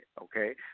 okay